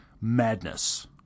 madness